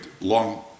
long